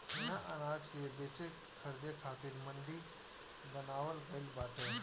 इहा अनाज के बेचे खरीदे खातिर मंडी बनावल गइल बाटे